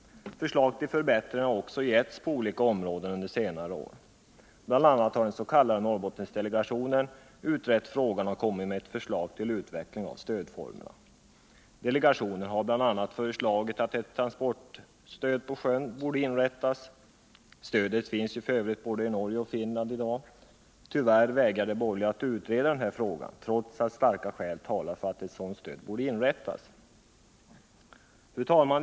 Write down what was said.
Förslag till förbättringar har också lagts fram på olika områden under senare år. Bl. a. har den s.k. Norrbottendelegationen utrett frågan och kommit med förslag till utveckling av stödformerna. Delegationen har bl.a. föreslagit att ett sjötransportstöd skulle införas; stödet finns f. ö. i både Norge och Finland i dag. Tyvärr vägrar de borgerliga att utreda frågan, trots att starka skäl talar för att ett sådant stöd borde införas. Fru talman!